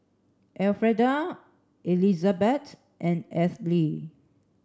Elfreda Elizabet and Ethyle